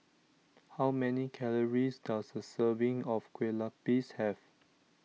how many calories does a serving of Kueh Lapis have